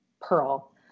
Pearl